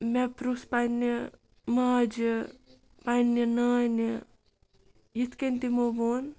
مےٚ پرُژھ پنٛنہِ ماجہِ پنٛنہِ نانہِ یِتھ کٔنۍ تِمو ووٚن